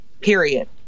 period